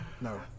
no